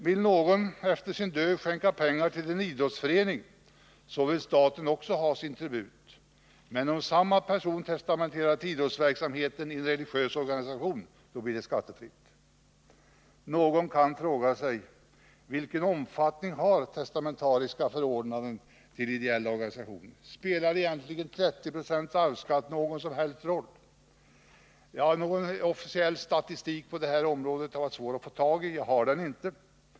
Vill någon efter sin död skänka pengar till en idrottsförening så vill staten också ha sin tribut, men om samma person testamenterar det till idrottsverksamheten i en religiös organisation så blir det skattefritt. Någon kan fråga sig: Vilken omfattning har testamentariska förordnanden till ideella organisationer? Spelar egentligen 30 96 arvsskatt någon som helst roll? Det har varit svårt att få tag i någon officiell statistik på det här området — jag har inte någon sådan.